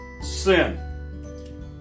Sin